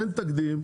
אין תקדים.